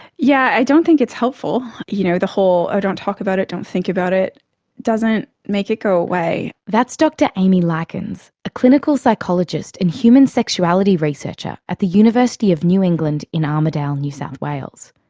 yeah i don't think it's helpful, you know the whole don't talk about it, don't think about it doesn't make it go away. that's dr amy lykins, a clinical psychologist and human sexuality researcher at the university of new england in armidale, new south wales.